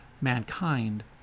mankind